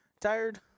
Tired